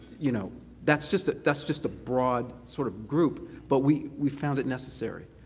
you know that's just ah that's just a broad sort of group, but we we found it necessary,